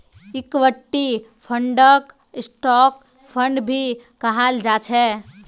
equity फंडक stock fund भी कहाल जा छे